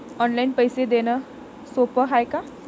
Online पैसे देण सोप हाय का?